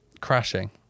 crashing